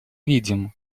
видим